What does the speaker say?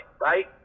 right